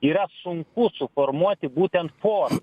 yra sunku suformuoti būtent forą